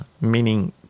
meaning